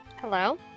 Hello